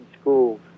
schools